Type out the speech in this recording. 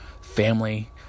family